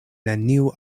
neniu